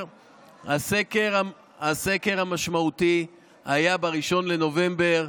הסקר המשמעותי היה ב-1 בנובמבר.